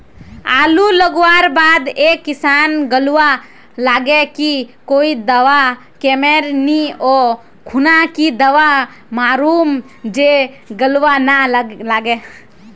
आलू लगवार बात ए किसम गलवा लागे की कोई दावा कमेर नि ओ खुना की दावा मारूम जे गलवा ना लागे?